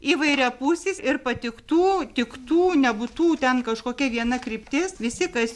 įvairiapusis ir patiktų tiktų nebūtų ten kažkokia viena kryptis visi kas